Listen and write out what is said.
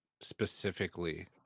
specifically